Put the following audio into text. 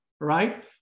right